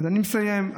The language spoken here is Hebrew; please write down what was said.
אני מסיים,